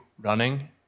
running